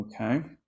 okay